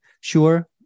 sure